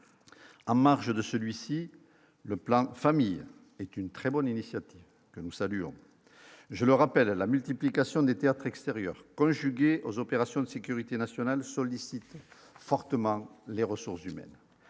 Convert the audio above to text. en marge de celui-ci, le plan famille est une très bonne initiative que nous saluons, je le rappelle à la multiplication des théâtres extérieurs conjuguée aux opérations de sécurité nationale sollicite fortement les ressources humaines,